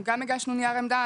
אנחנו גם הגשנו נייר עמדה.